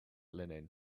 linen